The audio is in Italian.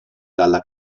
dalla